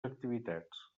activitats